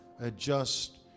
Adjust